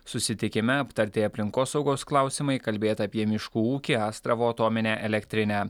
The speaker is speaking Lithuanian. susitikime aptarti aplinkosaugos klausimai kalbėta apie miškų ūkį astravo atominę elektrinę